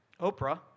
Oprah